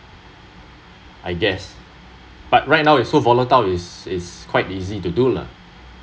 I guess but right now is so volatile it’s it’s quite easy to do lah